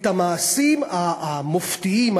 את המעשים המופתיים,